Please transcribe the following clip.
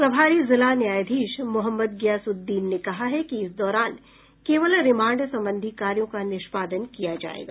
प्रभारी जिला न्यायाधीश मोहम्मद ग्यासुद्दीन ने कहा है कि इस दौरान केवल रिमांड संबंधी कार्यों का निष्पादन किया जायेगा